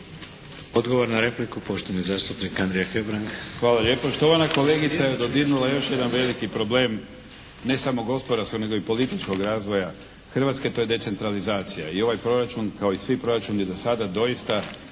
Odgovor na repliku, poštovani zastupnik Andrija Hebrang. **Hebrang, Andrija (HDZ)** Hvala lijepo. Štovana kolegica je dodirnula još jedan veliki problem ne samo gospodarskog nego i političkog razvoja Hrvatske, a to je decentralizacija i ovaj proračun kao i svi proračuni do sada doista